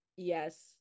Yes